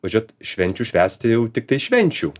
važiuot švenčių švęsti jau tiktai švenčių